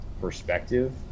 perspective